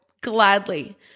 gladly